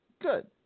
Good